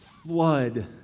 flood